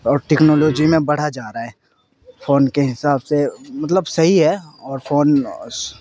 اور ٹیکنالوجی میں بڑھا جا رہا ہے فون کے حساب سے مطلب صحیح ہے اور فون